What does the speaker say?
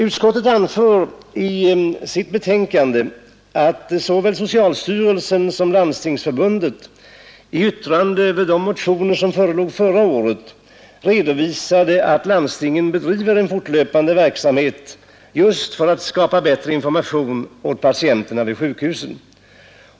Utskottet anför i sitt betänkande att såväl socialstyrelsen som Landstingsförbundet i yttranden över de motioner som förelåg förra året redovisade att landstingen bedriver en fortlöpande verksamhet för att skapa bättre information åt patienterna vid sjukhusen.